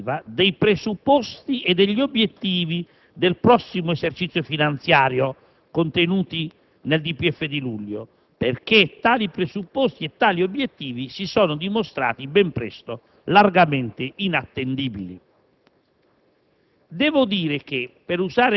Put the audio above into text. in misura significativa, i presupposti e gli obiettivi del prossimo esercizio finanziario contenuti nel DPEF di luglio, perché ben presto si sono dimostrati largamente inattendibili.